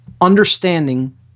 understanding